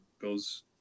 goes